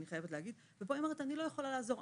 והיא אומרת: אני לא יכולה לעזור.